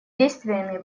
действиями